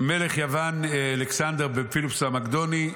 מלך יוון, אלכסנדר בין פוליפוס המקדוני".